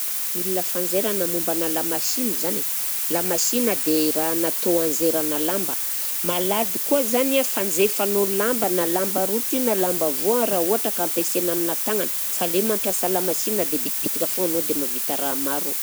Milina fanjairina, mombanà lamasinina zany, lamasinina dia raha natao hanzairana lamba, malady koa zany a fanjaifanao lamba na lamba rota io na lamba voa raha ohatra ka ampiasaina aminà tagnana fa aleo mampiasa lamasinina dia bitibitika foa anao dia mahavita raha maro.